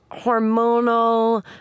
hormonal